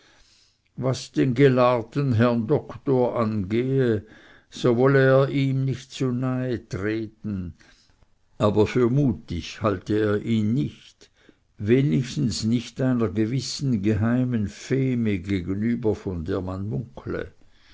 was den gelahrten herrn doktor angehe so wolle er ihm nicht zu nahe treten aber für mutig halte er ihn nicht wenigstens nicht einer gewissen geheimen ferne gegenüber von der man munkle